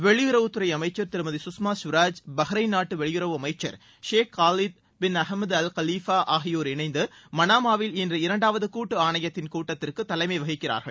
வெளியுறவுத்துறை அமைச்சர் திருமதி சுஷ்மா ஸ்வராஜ் பஹ்ரைன் நாட்டு வெளியுறவு அமைச்சர் Sheikh Khalid bin Ahmed Al Khalifa ஆகியோர் இணைந்து மனாமாவில் இன்று இரண்டாவது கூட்டு ஆணையத்தின் கூட்டத்திற்கு தலைமை வகிக்கிறார்கள்